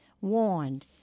warned